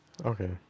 Okay